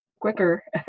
quicker